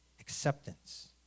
acceptance